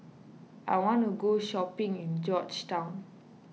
I want to go shopping in Georgetown